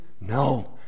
no